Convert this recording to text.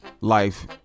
Life